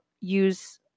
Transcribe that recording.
use